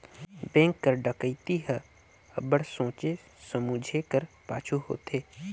bank कर डकइती हर अब्बड़ सोंचे समुझे कर पाछू होथे